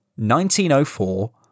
1904